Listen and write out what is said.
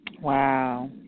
Wow